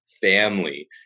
family